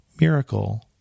miracle